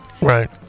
Right